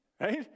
Right